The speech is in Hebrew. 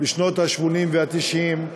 בשנות ה-80 וה-90,